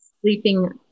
sleeping